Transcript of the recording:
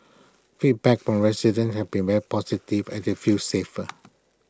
feedback from residents have been very positive as they feel safer